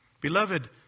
beloved